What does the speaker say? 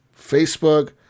Facebook